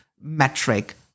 metric